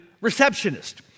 receptionist